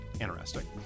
interesting